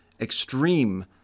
extreme